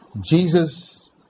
Jesus